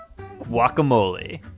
Guacamole